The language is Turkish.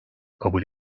kabul